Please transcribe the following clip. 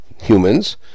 humans